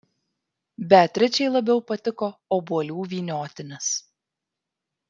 beatričei labiau patiko obuolių vyniotinis